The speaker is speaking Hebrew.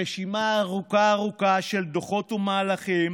רשימה ארוכה ארוכה של דוחות ומהלכים